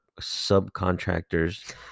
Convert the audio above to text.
subcontractors